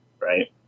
right